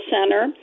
Center